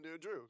Drew